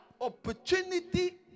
Opportunity